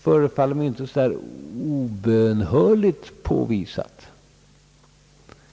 förefaller mig inte så där obönhörligt påvisat.